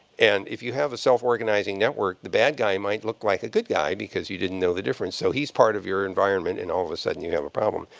and if you have a self-organizing network, the bad guy might look like a good guy because you didn't know the difference. so he's part of your environment and all of a sudden you have a problem.